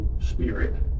Spirit